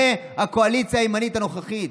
זו הקואליציה הימנית הנוכחית.